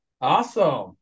Awesome